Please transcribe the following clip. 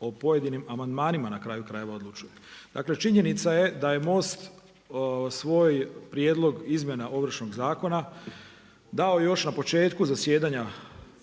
o pojedinim amandmanima na kraju krajeva odlučuje. Dakle činjenica je da je Most svoj prijedlog izmjena Ovršnog zakona dao još na početku zasjedanja